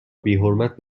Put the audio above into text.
بیحرمت